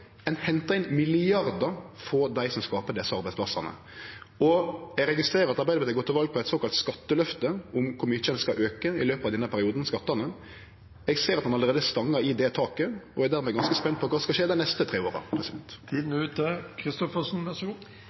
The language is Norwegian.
ein hentar inn milliardar frå dei som skaper desse arbeidsplassane. Eg registrerer at Arbeidarpartiet gjekk til val på eit såkalla skatteløfte om kor mykje ein skal auke skattane i løpet av denne perioden. Eg ser at ein allereie stangar i det taket, og eg er dermed ganske spent på kva som skal skje dei neste tre åra. Tiden er ute. Jeg takker for svaret, og jeg synes for så